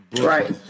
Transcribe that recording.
Right